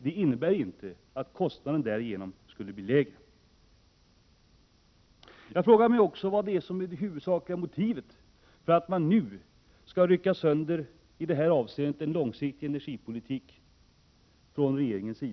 Detta innebär emellertid inte att den verkliga kostnaden skulle bli lägre. Jag frågar mig också vilket det huvudsakliga motivet är till att regeringen nu vill rycka sönder en i detta avseende långsiktig energipolitik.